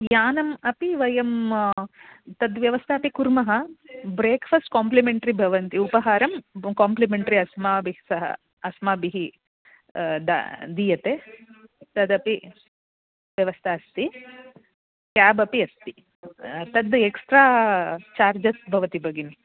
यानम् अपि वयं तद्व्यवस्था अपि कुर्मः ब्रेक्फास्ट् काम्प्लमेण्ट्री भवन्ति उपहारं काम्प्लिमेण्ट्री अस्माभिः सह अस्माभिः दा दीयते तदपि व्यवस्था अस्ति केब् अपि अस्ति तद् एक्स्ट्रा चार्जस् भवन्ति भगिनि